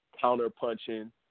counter-punching